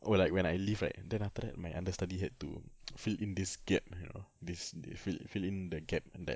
oh like when leave right then after that my under study had to fill in this gap you know this fill in the gap that